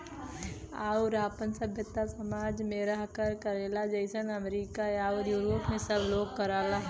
आउर आपन सभ्यता समाज मे रह के करला जइसे अमरीका आउर यूरोप मे सब लोग करला